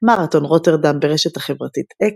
מרתון רוטרדם,